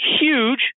huge